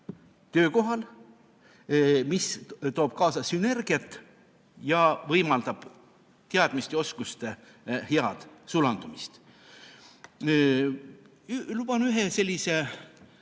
töökohal, mis toob kaasa sünergiat ning võimaldab teadmiste ja oskuste head sulandumist. Luban lõppu ühe sellise